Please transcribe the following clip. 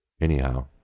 Anyhow